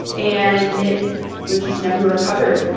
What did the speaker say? and it would just never recover